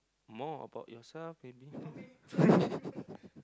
more about yourself maybe